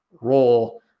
role